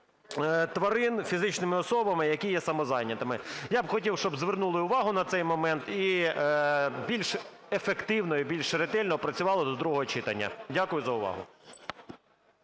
тварин фізичними особами, які є самозайнятими. Я б хотів, щоб звернули увагу на цей момент і більш ефективно, і більш ретельно опрацювали до другого читання. Дякую за увагу.